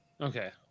Okay